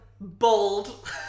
bold